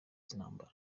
y’intambara